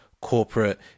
corporate